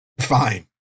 fine